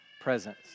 presence